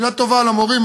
מילה טובה על המורים,